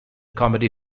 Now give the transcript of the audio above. comedy